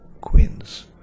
queens